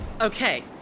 Okay